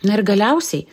na ir galiausiai